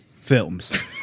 films